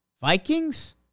Vikings